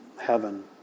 heaven